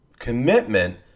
Commitment